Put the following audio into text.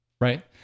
Right